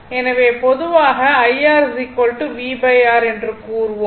எனவே பொதுவாக IR VR என்று கூறுவோம்